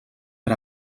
per